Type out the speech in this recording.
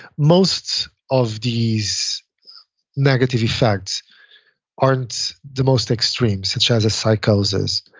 most of these negative effects aren't the most extreme such as psychosis.